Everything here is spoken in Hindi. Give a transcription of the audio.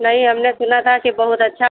नहीं हमने सुना था कि बहुत अच्छा